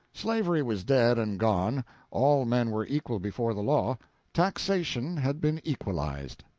slavery was dead and gone all men were equal before the law taxation had been equalized.